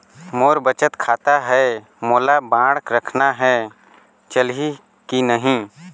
मोर बचत खाता है मोला बांड रखना है चलही की नहीं?